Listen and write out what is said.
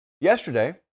yesterday